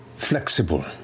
flexible